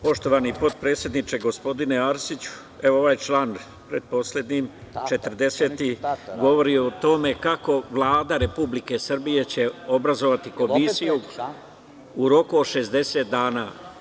Poštovani potpredsedniče, gospodine Arsiću, evo ovaj član, pretposlednji, 40. govori o tome kako Vlada Republike Srbije će obrazovati komisiju u roku od 60 dana.